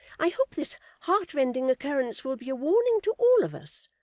i hope this heart-rending occurrence will be a warning to all of us,